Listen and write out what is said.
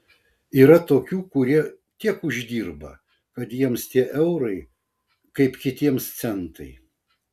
yra tokių kurie tiek uždirba kad jiems tie eurai kaip kitiems centai